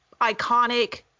iconic